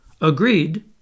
Agreed